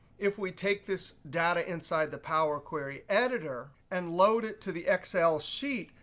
if we take this data inside the power query editor and load it to the excel sheet,